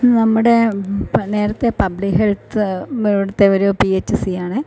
നമ്മുടെ നേരത്തെ public health ഇവിടുത്തെ ഒരു പി എച്ച് സിയാണേ